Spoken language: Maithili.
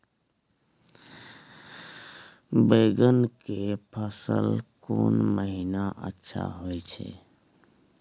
बैंगन के फसल कोन महिना अच्छा होय छै?